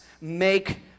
make